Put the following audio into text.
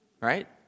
right